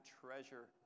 treasure